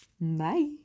bye